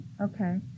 Okay